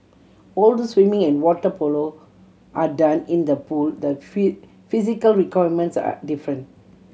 although swimming and water polo are done in the pool the physical requirements are different